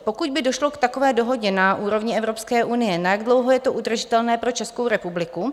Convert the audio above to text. Pokud by došlo k takové dohodě na úrovni Evropské unie, na jak dlouho je to udržitelné pro Českou republiku?